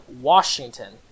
Washington